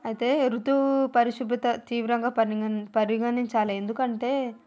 అయితే ఋతువు పరిశుభ్రత తీవ్రంగా పరింగ పరిగణించాలే ఎందుకంటే